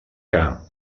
que